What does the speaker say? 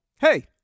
hey